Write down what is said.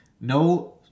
No –